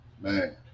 man